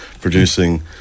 producing